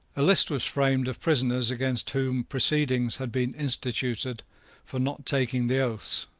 a list was framed of prisoners against whom proceedings had been instituted for not taking the oaths,